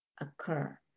occur